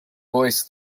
voice